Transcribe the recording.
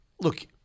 look